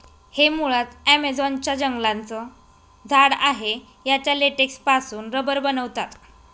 हे मुळात ॲमेझॉन च्या जंगलांचं झाड आहे याच्या लेटेक्स पासून रबर बनवतात